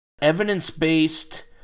Evidence-based